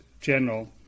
general